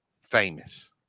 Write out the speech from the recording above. famous